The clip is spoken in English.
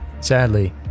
Sadly